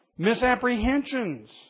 Misapprehensions